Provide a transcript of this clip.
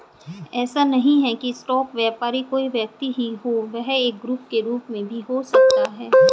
ऐसा नहीं है की स्टॉक व्यापारी कोई व्यक्ति ही हो वह एक ग्रुप के रूप में भी हो सकता है